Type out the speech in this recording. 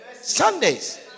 Sundays